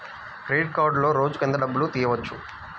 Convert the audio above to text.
Credit కార్డులో రోజుకు ఎంత డబ్బులు తీయవచ్చు?